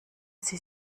sie